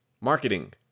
Marketing